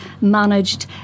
managed